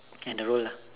and the role lah